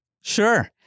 sure